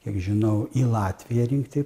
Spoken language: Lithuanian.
kiek žinau į latviją rinkti